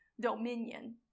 dominion